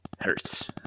Hurts